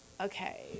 okay